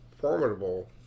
formidable